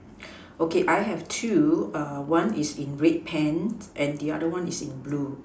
okay I have two one is in red pants and the other one is in blue